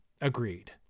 agreed